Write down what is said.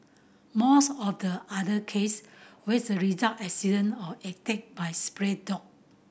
most of the other case with the result accident or attack by spray dog